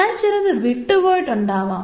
ഞാൻ ചിലത് വിട്ടു പോയിട്ട് ഉണ്ടാവാം